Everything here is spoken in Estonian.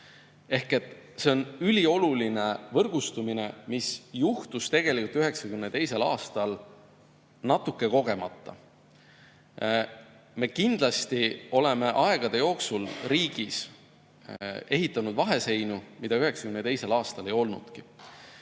Ehk see on ülioluline võrgustumine, mis juhtus tegelikult 1992. aastal natuke kogemata. Me kindlasti oleme aegade jooksul riigis ehitanud vaheseinu, mida 1992. aastal ei olnudki.